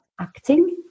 acting